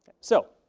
so,